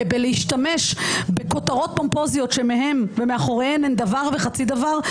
בשימוש בכותרות פומפוזיות שמאחוריהן אין דבר וחצי דבר,